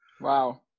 Wow